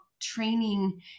training